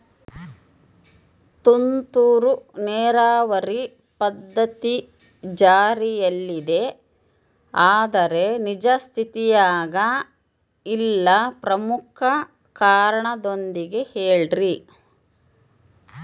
ತುಂತುರು ನೇರಾವರಿ ಪದ್ಧತಿ ಜಾರಿಯಲ್ಲಿದೆ ಆದರೆ ನಿಜ ಸ್ಥಿತಿಯಾಗ ಇಲ್ಲ ಪ್ರಮುಖ ಕಾರಣದೊಂದಿಗೆ ಹೇಳ್ರಿ?